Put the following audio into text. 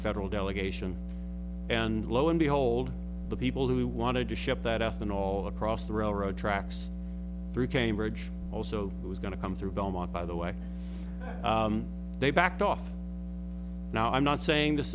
federal delegation and lo and behold the people who wanted to ship that ethanol across the railroad tracks through cambridge also it was going to come through belmont by the way they backed off now i'm not saying this